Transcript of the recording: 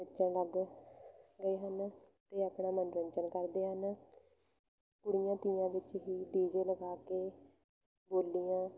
ਨੱਚਣ ਲੱਗ ਗਏ ਹਨ ਅਤੇ ਆਪਣਾ ਮਨੋਰੰਜਨ ਕਰਦੇ ਹਨ ਕੁੜੀਆਂ ਤੀਆਂ ਵਿੱਚ ਹੀ ਡੀ ਜੇ ਲਗਾ ਕੇ ਬੋਲੀਆਂ